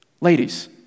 Ladies